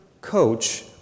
coach